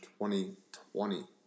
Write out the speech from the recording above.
2020